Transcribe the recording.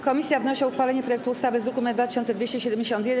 Komisja wnosi o uchwalenie projektu ustawy z druku nr 2271.